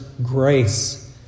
Grace